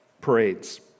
parades